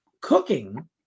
cooking